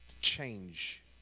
change